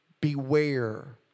beware